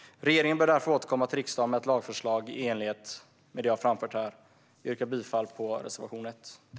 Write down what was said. Regeringen bör därför återkomma till riksdagen med ett lagförslag i enlighet med det jag framfört här. Jag yrkar bifall till reservation 1.